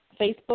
Facebook